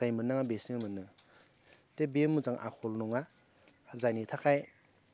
जाय मोननांङा बेसो मोनो त' बे मोजां आखल नङा जायनि थाखाय